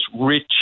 rich